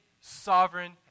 sovereign